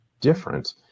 different